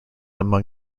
among